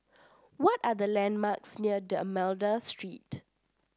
what are the landmarks near D'Almeida Street